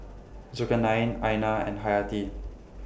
Zulkarnain Aina and Hayati